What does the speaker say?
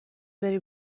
بری